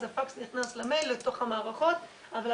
אז הפקס נכנס למייל אל תוך המערכות,